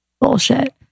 bullshit